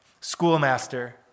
Schoolmaster